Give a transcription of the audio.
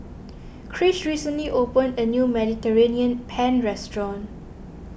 Krish recently opened a new Mediterranean Penne restaurant